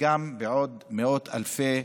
וגם בעוד מאות אלפי